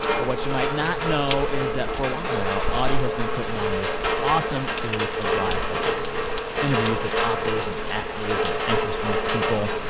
but what you might not know is that, for a while now, audie has been putting on this awesome series of live events interviews with authors and actors and interesting people.